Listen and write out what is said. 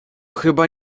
chyba